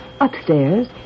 Upstairs